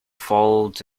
followed